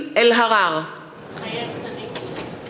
מתחייב אני דב ליפמן,